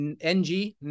NG